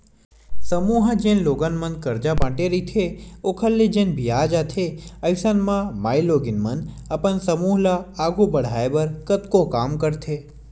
समूह ह जेन लोगन मन करजा बांटे रहिथे ओखर ले जेन बियाज आथे अइसन म मारकेटिंग मन अपन समूह ल आघू बड़हाय बर कतको काम करथे